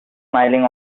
smiling